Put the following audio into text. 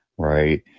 Right